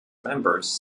members